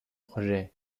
projet